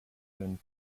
been